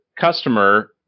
customer